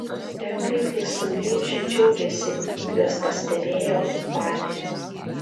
ir kaip jie sugrįžę džiaugėsi juos pastebėjo matė